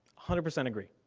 hundred percent agree.